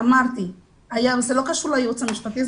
זה לא קשור לייעוץ המשפטי,